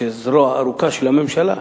שהן זרועה הארוכה של הממשלה,